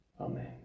Amen